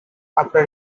after